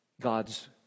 God's